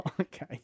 Okay